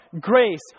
grace